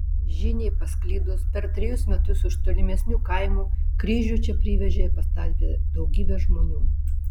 žiniai pasklidus per trejus metus iš tolimesnių kaimų kryžių čia privežė ir pastatė daugybė žmonių